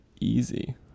easy